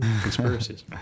conspiracies